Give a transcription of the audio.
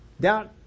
Doubt